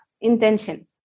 intention